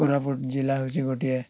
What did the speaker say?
କୋରାପୁଟ ଜିଲ୍ଲା ହଉଛି ଗୋଟିଏ